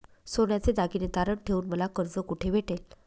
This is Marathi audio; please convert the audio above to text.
सोन्याचे दागिने तारण ठेवून मला कर्ज कुठे भेटेल?